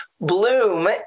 bloom